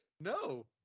No